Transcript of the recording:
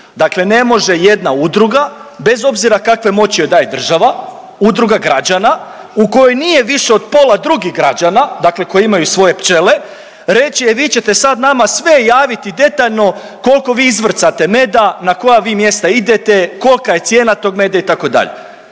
Dakle ne može jedna udruga bez obzira kakve moći joj daje država, udruga građana u kojoj nije više od pola drugih građana, dakle koji imaju svoje pčele, reći e vi ćete sad nama sve javiti detaljno kolko vi izvrcate meda, na koja vi mjesta idete, kolka je cijena tog meda itd.,